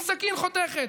עם סכין חותכת,